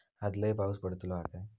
आज लय पाऊस पडतलो हा काय?